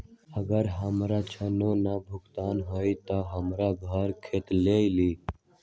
अगर हमर ऋण न भुगतान हुई त हमर घर खेती लेली?